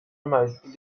مشهور